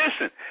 Listen